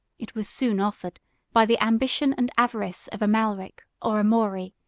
it was soon offered by the ambition and avarice of amalric or amaury,